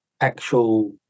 actual